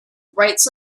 writes